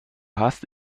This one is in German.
hast